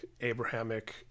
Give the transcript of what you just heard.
Abrahamic